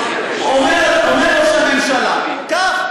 אומר ראש הממשלה כך,